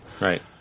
right